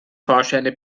fahrscheine